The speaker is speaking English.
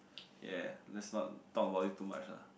ya let's not talk about it too much lah